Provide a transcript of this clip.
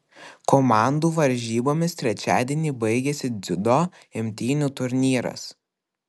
komandų varžybomis trečiadienį baigiasi dziudo imtynių turnyras